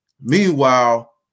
Meanwhile